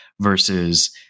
versus